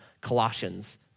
Colossians